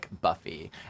Buffy